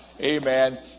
Amen